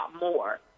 more